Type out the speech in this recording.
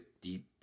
deep